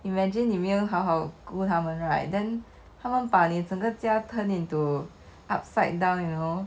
imagine 你没有好好顾他们 right then 他们把你整个家 turn into upside down you know